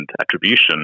attribution